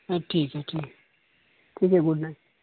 ہاں ٹھیک ہے ٹھیک ٹھیک ہے گڈ نائٹ